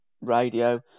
radio